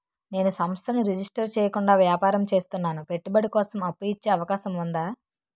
నేను సంస్థను రిజిస్టర్ చేయకుండా వ్యాపారం చేస్తున్నాను పెట్టుబడి కోసం అప్పు ఇచ్చే అవకాశం ఉందా?